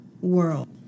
world